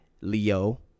Leo